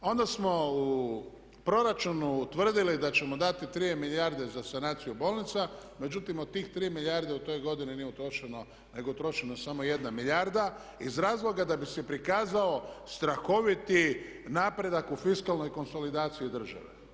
Onda smo u proračunu utvrdili da ćemo dati 3 milijarde za sanaciju bolnica, međutim od tih 3 milijarde u toj godini nije utrošeno nego je utrošena samo 1 milijarda iz razloga da bi se prikazao strahoviti napredak u fiskalnoj konsolidaciji države.